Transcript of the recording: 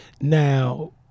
Now